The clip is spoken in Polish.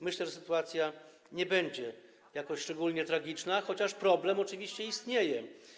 Myślę, że sytuacja nie będzie jakaś szczególnie tragiczna, chociaż problem oczywiście istnieje.